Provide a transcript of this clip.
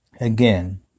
Again